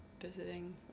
visiting